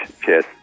Cheers